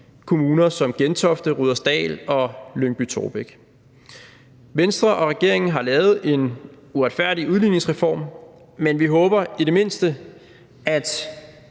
kommuner som Gentofte, Rudersdal og Lyngby-Taarbæk. Venstre og regeringen har lavet en uretfærdig udligningsreform, men vi håber i det mindste, at